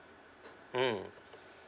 mm